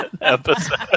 episode